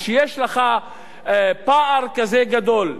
כשיש לך פער כזה גדול,